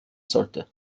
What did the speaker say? sollte